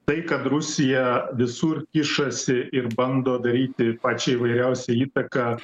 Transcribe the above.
tai kad rusija visur kišasi ir bando daryti pačią įvairiausią įtaką